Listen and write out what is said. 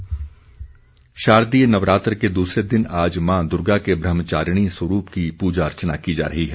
नवरात्र शारदीय नवरात्र के दूसरे दिन आज माँ दुर्गा के ब्रहमचारिणी स्वरूप की पूजा अर्चना की जा रही है